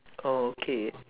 oh okay